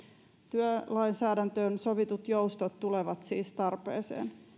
työlainsäädäntöön sovitut joustot tulevat siis tarpeeseen